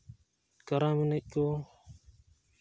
ᱠᱟᱨᱟᱢ ᱮᱱᱮᱡ ᱠᱚ